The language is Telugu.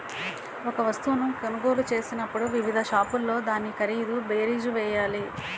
ఒక వస్తువును కొనుగోలు చేసినప్పుడు వివిధ షాపుల్లో దాని ఖరీదు బేరీజు వేయాలి